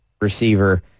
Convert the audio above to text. receiver